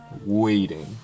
waiting